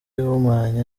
ihumanya